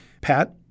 Pat